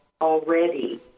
already